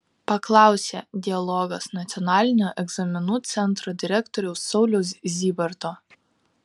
paklausė dialogas nacionalinio egzaminų centro direktoriaus sauliaus zybarto